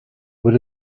would